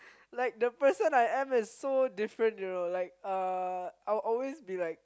like the person I am is so different you know like uh I will always be like